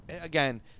again